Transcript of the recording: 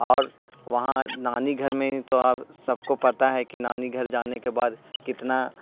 اور وہاں نانی گھر میں ہی تو آپ سب کو پتا ہے کہ نانی گھر جانے کہ بعد کتنا